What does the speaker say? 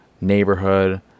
neighborhood